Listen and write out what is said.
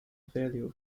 value